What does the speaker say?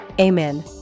Amen